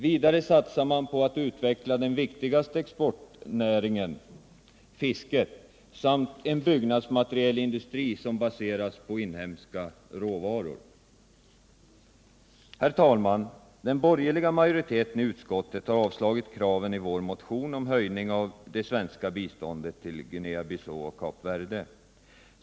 Vidare satsar man på att utveckla den viktigaste exportnäringen — fisket — samt på en byggnadsmaterielindustri som baseras på inhemska råvaror. Herr talman! Den borgerliga majoriteten i utskottet har avstyrkt kraven i vår motion på en höjning av det svenska biståndet till Guinea Bissau och Kap Verde.